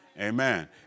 Amen